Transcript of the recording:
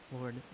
Lord